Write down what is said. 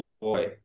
boy